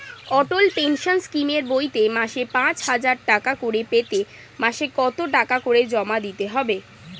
অটল pension স্কিমের বইতে মাসে পাঁচ হাজার টাকা করে পেতে মাসে কত টাকা করে জমা দিতে হবে?